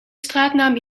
straatnaam